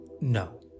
no